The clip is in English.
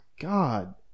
God